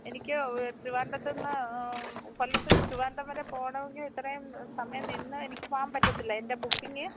എനിക്ക് ട്രീവാൻഡ്രത്തുന്ന് കൊല്ലത്തുനിന്ന് ട്രിവാൻഡ്രം വരെ പോകണമെങ്കില് ഇത്രയും സമയം നിന്നാല് എനിക്ക് പോവാൻ പറ്റത്തില്ല എന്റെ ബുക്കിങ്